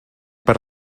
per